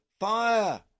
Fire